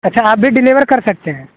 अच्छा आप भी डिलेवर कर सकते हैं